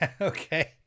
Okay